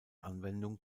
anwendung